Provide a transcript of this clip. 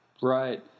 Right